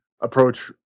approach